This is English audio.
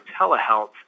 telehealth